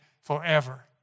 forever